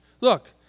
Look